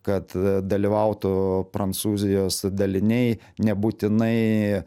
kad dalyvautų prancūzijos daliniai nebūtinai